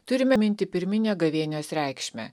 turime pirminę gavėnios reikšmę